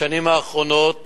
בשנים האחרונות